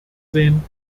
sehen